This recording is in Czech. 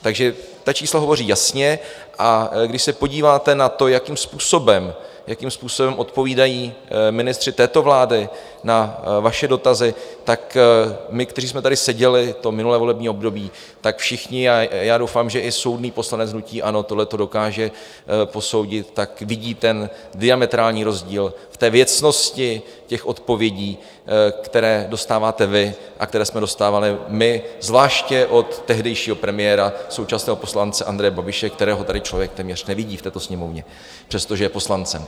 Takže ta čísla hovoří jasně, a když se podíváte na to, jakým způsobem odpovídají ministři této vlády na vaše dotazy, tak my, kteří jsme tady seděli v minulém volebním období, tak všichni a já doufám, že i soudný poslanec hnutí ANO tohle dokáže posoudit vidí ten diametrální rozdíl ve věcnosti odpovědí, které dostáváte vy a které jsme dostávali my, zvláště od tehdejšího premiéra, současného poslance Andreje Babiše, kterého tady člověk téměř nevidí v této Sněmovně, přestože je poslancem.